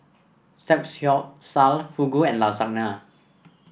Fugu and Lasagna